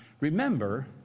remember